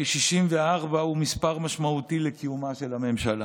כי 64 הוא מספר משמעותי לקיומה של הממשלה.